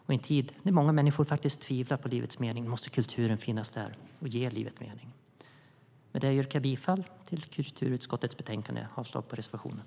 Och i en tid när många människor faktiskt tvivlar på livets mening måste kulturen finnas där och ge livet mening. Med det yrkar jag bifall till förslaget i kulturutskottets betänkande och avslag på reservationerna.